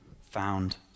found